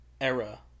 era